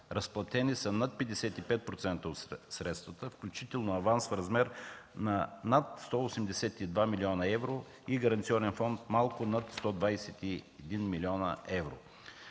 разплатени са над 55% от средствата, включително аванс в размер на над 182 млн. евро и гаранционен фонд малко над 121 млн. евро.